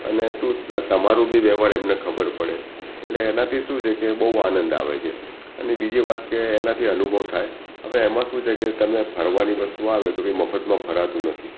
અને તું તમારું બી વહેવાર એમને ખબર પડે એટલે એનાથી શું છે કે બહુ આનંદ આવે છે અને બીજી વાત કે એનાથી અનુભવ થાય હવે એમાં શું છે કે તમે ફરવાની વસ્તુ આવે તો કંઈ મફતમાં ફરાતું નથી